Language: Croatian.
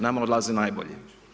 Nama odlaze najbolji.